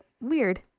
weird